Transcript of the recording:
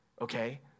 Okay